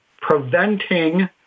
preventing